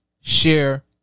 share